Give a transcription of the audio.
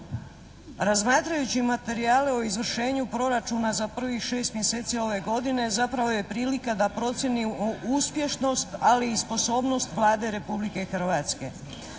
Razmatrajući materijale o izvršenju Proračuna za prvih 6 mjeseci ove godine zapravo je prilika da procijeni uspješnost, ali i sposobnost Vlade Republike Hrvatske.